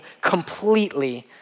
completely